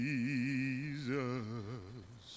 Jesus